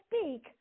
speak